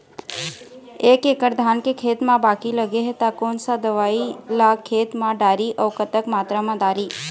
एक एकड़ धान के खेत मा बाकी लगे हे ता कोन सा दवई ला खेत मा डारी अऊ कतक मात्रा मा दारी?